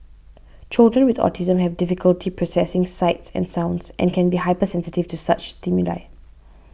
children with autism have difficulty processing sights and sounds and can be hypersensitive to such stimuli